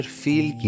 feel